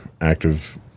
active